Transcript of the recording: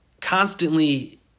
constantly